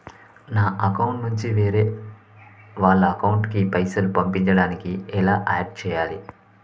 నా అకౌంట్ నుంచి వేరే వాళ్ల అకౌంట్ కి పైసలు పంపించడానికి ఎలా ఆడ్ చేయాలి?